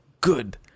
good